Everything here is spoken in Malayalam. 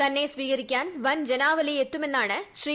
തന്നെ സ്വീകരിക്കാൻ വൻ ജനാവലി എത്തുമെന്നാണ് ശ്രീ